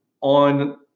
on